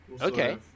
okay